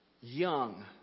young